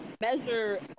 measure